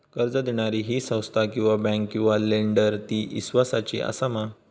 कर्ज दिणारी ही संस्था किवा बँक किवा लेंडर ती इस्वासाची आसा मा?